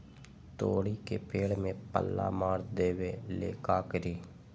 तोड़ी के पेड़ में पल्ला मार देबे ले का करी?